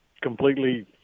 completely